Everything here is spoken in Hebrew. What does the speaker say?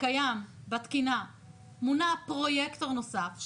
שקיים בתקינה מונע פרויקטור נוסף,